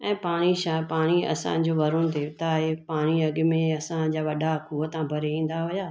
ऐं पाणी शा आहे पाणी असांजे वरुन देवता आहे पाणी अॻ में असांजा वॾा उहे त भरे ईंदा हुआ